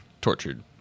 Tortured